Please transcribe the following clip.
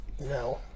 No